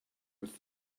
with